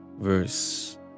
verse